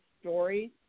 stories